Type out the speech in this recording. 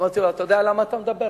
אמרתי לו: אתה יודע למה אתה מדבר?